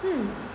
hmm